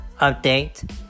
Update